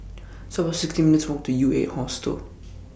It's about sixty minutes' Walk to Ueight Hostel